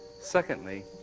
Secondly